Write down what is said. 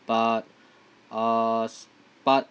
but uh s~ but